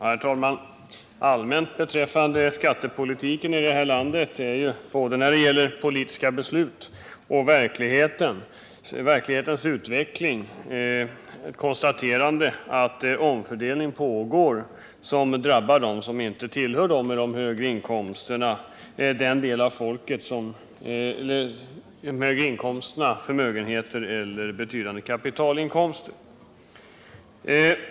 Herr talman! Allmänt beträffande skattepolitiken i det här landet — både när det gäller politiska beslut och verklighetens utveckling — kan konstateras att en omfördelning pågår, som negativt drabbar dem som inte tillhör den delen av folket som har högre inkomster, stora förmögenheter och betydande kapitalinkomster.